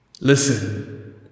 Listen